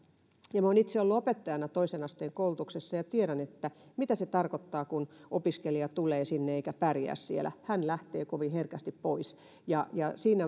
minä olen itse ollut opettajana toisen asteen koulutuksessa ja tiedän mitä se tarkoittaa kun opiskelija tulee sinne eikä pärjää siellä hän lähtee kovin herkästi pois